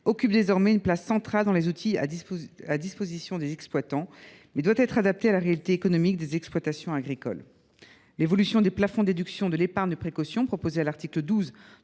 occupe désormais une place centrale dans les outils à disposition des exploitants, mais doit être adaptée à la réalité économique des exploitations agricoles. L’évolution des plafonds de déduction de l’épargne de précaution, proposée à l’article 12 du